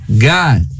God